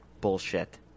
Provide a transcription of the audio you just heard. Bullshit